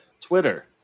Twitter